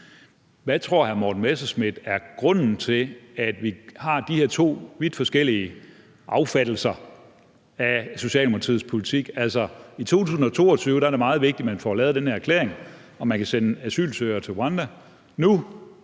hvad tror hr. Morten Messerschmidt så er grunden til, at vi har de her to vidt forskellige opfattelser af Socialdemokratiets politik? I 2022 er det meget vigtigt, at man får lavet den her erklæring om, at man kan sende asylsøgere til Rwanda,